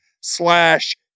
slash